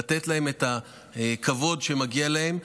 לתת להם את הכבוד שמגיע להם.